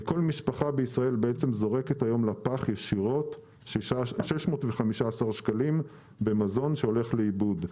כל משפחה בישראל זורקת היום לפח ישירות 615 שקלים במזון שהולך לאיבוד.